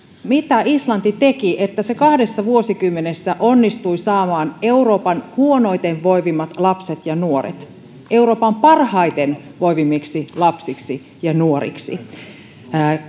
mitä islanti teki että se kahdessa vuosikymmenessä onnistui saamaan euroopan huonoiten voivat lapset ja nuoret euroopan parhaiten voiviksi lapsiksi ja nuoriksi